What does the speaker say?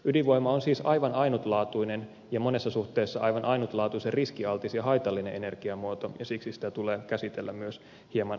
ydinvoima on siis aivan ainutlaatuinen ja monessa suhteessa aivan ainutlaatuisen riskialtis ja haitallinen energiamuoto ja siksi sitä tulee käsitellä myös hieman eri tavalla